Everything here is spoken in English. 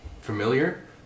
familiar